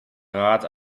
rat